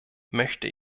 möchte